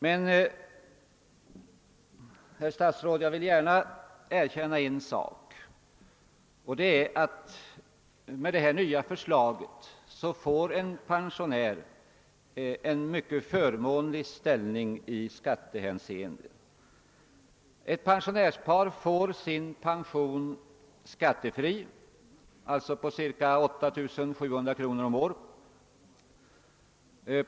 Men, herr statsråd, jag vill gärna erkänna en sak, nämligen att enligt det nya förslaget får en pensionär en mycket förmånlig ställning i skattehänseende. Ett pensionärspar får sin pension skattefri, alltså pensionen på 8700 kr. om året.